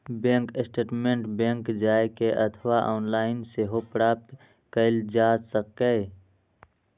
bank statement bank जाए के अथवा ऑनलाइन सेहो प्राप्त कैल जा सकैए